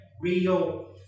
real